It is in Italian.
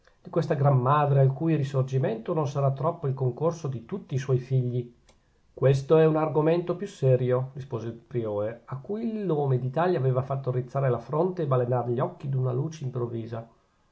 di questa gran madre al cui risorgimento non sarà troppo il concorso di tutti i suoi figli questo è un argomento più serio rispose il priore a cui il nome d'italia aveva fatto rizzare la fronte e balenar gli occhi d'una luce improvvisa